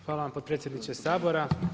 Hvala vam potpredsjedniče Sabora